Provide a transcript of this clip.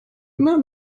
immer